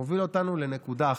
מוביל אותנו לנקודה אחת: